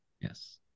Yes